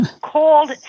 called